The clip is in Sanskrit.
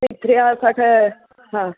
पुत्र्या सह